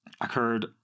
occurred